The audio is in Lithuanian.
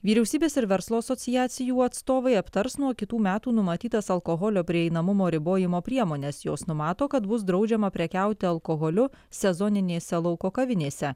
vyriausybės ir verslo asociacijų atstovai aptars nuo kitų metų numatytas alkoholio prieinamumo ribojimo priemones jos numato kad bus draudžiama prekiauti alkoholiu sezoninėse lauko kavinėse